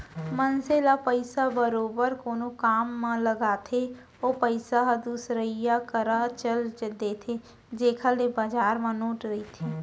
मनसे ल पइसा बरोबर कोनो काम म लगथे ओ पइसा ह दुसरइया करा चल देथे जेखर ले बजार म नोट ह रहिथे